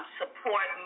support